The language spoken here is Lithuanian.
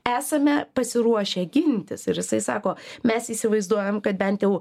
esame pasiruošę gintis ir jisai sako mes įsivaizduojam kad bent jau